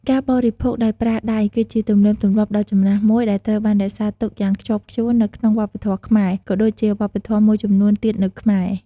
ការបរិភោគដោយប្រើដៃគឺជាទំនៀមទម្លាប់ដ៏ចំណាស់មួយដែលត្រូវបានរក្សាទុកយ៉ាងខ្ជាប់ខ្ជួននៅក្នុងវប្បធម៌ខ្មែរ ក៏ដូចជាវប្បធម៌មួយចំនួនទៀតនៅខ្មែរ។